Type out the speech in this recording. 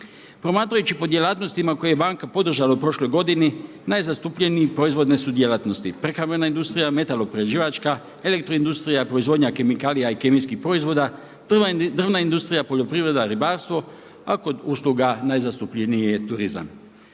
Promatrajući po djelatnostima koje je banka podržala u prošloj godini najzastupljeniji proizvodne su djelatnosti, prehrambena industrija, metalo-prerađivačka, elektro industrija, proizvodnja kemikalija i kemijskih proizvoda, prva drvna industrija, poljoprivreda, ribarstvo a kod usluga najzastupljeniji je turizam.